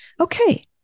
Okay